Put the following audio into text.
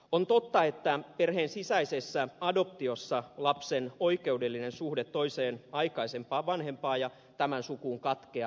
on totta että perheen sisäisessä adoptiossa lapsen oikeudellinen suhde toiseen aikaisempaan vanhempaan ja tämän sukuun katkeaa